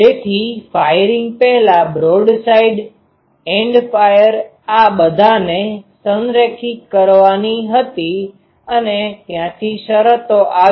તેથી ફાયરિંગ પહેલા broadside and fire આ બધાને સંરેખિત કરવાની હતી અને ત્યાંથી શરતો આવી